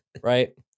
Right